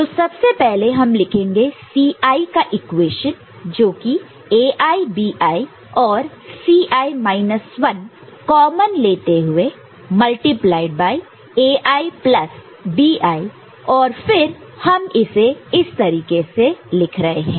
तो सबसे पहले हम लिखेंगे Ci का इक्वेशन जोकि AiBi और Ci माइनस 1 कॉमन लेते हुए मल्टीप्लाईड Ai प्लस Bi और फिर हम इसे इस तरीके से लिख रहे हैं